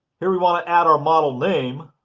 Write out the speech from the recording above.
here we want to add our model name.